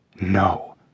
No